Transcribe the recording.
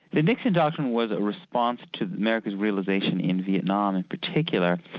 the nixon doctrine was a response to america's realisation in vietnam in particular,